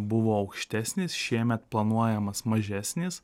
buvo aukštesnis šiemet planuojamas mažesnis